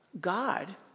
God